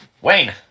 Wayne